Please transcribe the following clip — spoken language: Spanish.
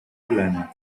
plana